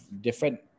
different